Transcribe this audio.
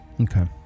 okay